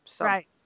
Right